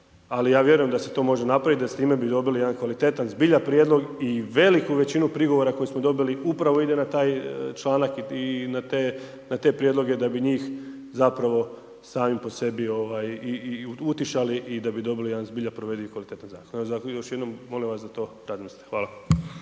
ali ja vjerujem da se to može napraviti da s time bi dobili jedan kvalitetan zbilja prijedlog i veliku većinu prigovora koje smo dobili upravo ide na taj članak i na te prijedloge da bi njih zapravo samim po sebi ovaj i utišali i da bi dobili jedan zbilja provediv i kvalitetan zakon …/nerazumljivo/… još jednom molim vas da to razmislite. Hvala.